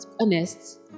honest